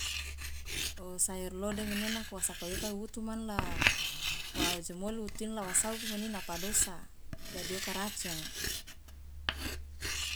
Osayor lode mene nako wa sakai oka iwuwutu man la wa ojomoli wutu ino la wasauku mene ina padosa idadi oka racung.